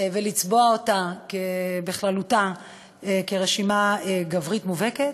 ולצבוע אותה בכללותה כרשימה גברית מובהקת.